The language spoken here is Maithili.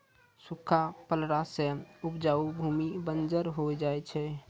सूखा पड़ला सें उपजाऊ भूमि बंजर होय जाय छै